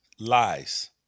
Lies